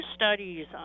studies